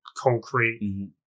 concrete